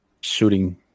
shooting